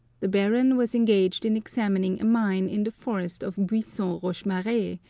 the baron was engaged in examining a mine in the forest of buisson-rochemar e,